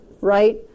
right